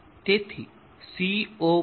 તેથી CoP